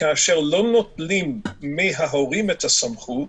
כאשר לא נוטלים מההורים את הסמכות,